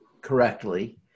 correctly